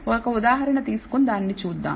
ఒక ఉదాహరణ తీసుకొని దానిని చూద్దాం